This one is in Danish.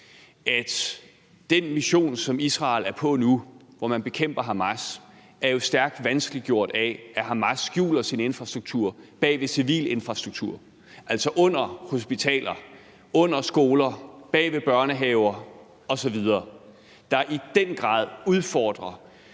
at den mission, som Israel nu er på, hvor man bekæmper Hamas, jo er stærkt vanskeliggjort af, at Hamas skjuler sin infrastruktur bag ved civil infrastruktur? Altså under hospitaler, under skoler, bag ved børnehaver osv., hvad der, kan man sige,